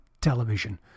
television